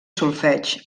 solfeig